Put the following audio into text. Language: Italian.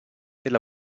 nella